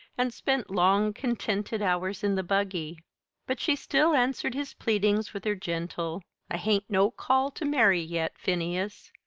and spent long contented hours in the buggy but she still answered his pleadings with her gentle i hain't no call to marry yet, phineas,